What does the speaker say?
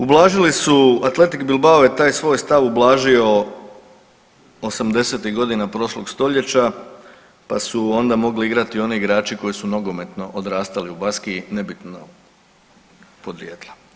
Ublažili su Athletik Bilbao je taj svoj stav ublažio '80.-tih godina prošlog stoljeća pa su onda mogli igrati oni igrači koji su nogometno odrastali u Baskiji nebitno podrijetla.